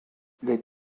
les